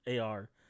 AR